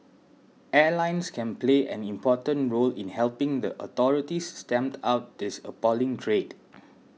airlines can play an important role in helping the authorities stamp out this appalling trade